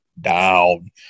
down